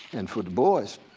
and for du bois,